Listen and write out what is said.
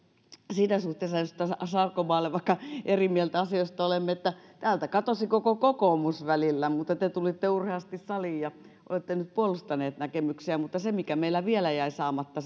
siinä suhteessa edustaja sarkomaalle vaikka eri mieltä asioista olemme että vaikka täältä katosi koko kokoomus välillä niin te tulitte urheasti saliin ja olette nyt puolustanut näkemyksiänne mikä meillä vielä jäi saamatta